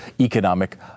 economic